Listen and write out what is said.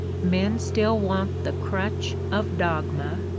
men still want the crutch of dogma,